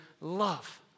love